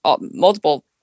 multiple